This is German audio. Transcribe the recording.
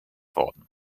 worden